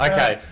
Okay